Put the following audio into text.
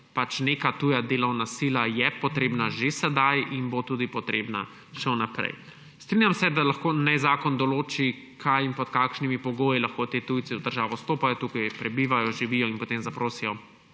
pač neka tuja delovna sila je potrebna že sedaj in bo tudi potrebna še naprej. Strinjam se, da lahko zakon določi, kaj in pod kakšnimi pogoji lahko ti tujci v državo vstopajo, tukaj prebivajo, živijo in potem zaprosijo